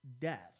death